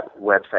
website